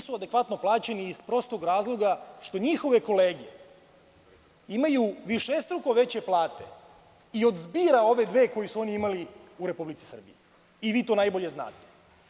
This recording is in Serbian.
Nisu adekvatno plaćeni iz prostog razloga što njihove kolege imaju višestruko veće plate i od zbira ove dve koje su oni imali u Republici Srbiji i vi to najbolje znate.